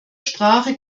sprache